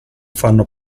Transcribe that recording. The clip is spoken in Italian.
fanno